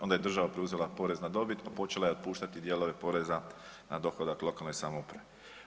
Onda je država preuzela porez na dobit pa počela je otpuštati dijelove poreza na dohodak lokalnoj samoupravi.